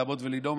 לעמוד ולנאום,